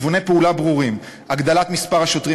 כיווני פעולה ברורים: הגדלת מספר השוטרים